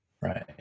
right